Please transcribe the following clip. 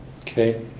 Okay